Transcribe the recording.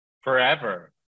forever